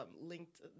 linked